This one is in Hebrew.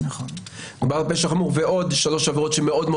מדובר על פשע חמור ועוד 3 עבירות שמאוד-מאוד